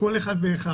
כל אחד ואחד.